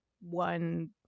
one